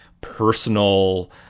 personal